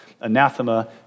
anathema